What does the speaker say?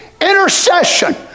intercession